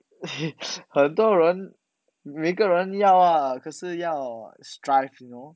很多人每个人要啦可是要 like strive you know